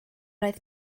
oedd